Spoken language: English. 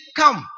come